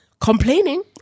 complaining